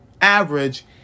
average